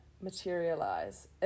materialize